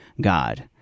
God